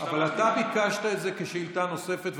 אבל אתה ביקשת את זה כשאילתה נוספת,